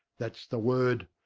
that is the word.